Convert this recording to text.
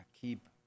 keep